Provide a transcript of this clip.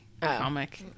comic